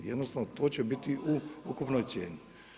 Jednostavno, to će biti u ukupnoj cijeni.